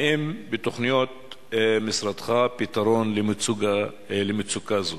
האם בתוכניות משרדך פתרון למצוקה זו?